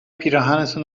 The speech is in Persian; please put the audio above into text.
پیرهنتو